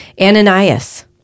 Ananias